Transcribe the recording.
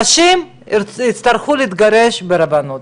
הם יצטרכו להתגרש ברבנות,